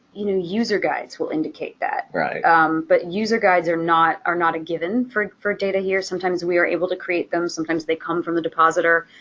you know, user guides will indicate that. right but user guides are not are not a given for for data here. sometimes we are able to create them, sometimes they come from the depositor,